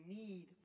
need